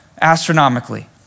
astronomically